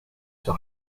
sur